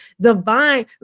divine